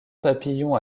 papillon